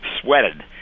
sweated